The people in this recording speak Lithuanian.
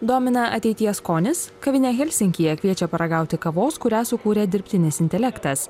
domina ateities skonis kavinė helsinkyje kviečia paragauti kavos kurią sukūrė dirbtinis intelektas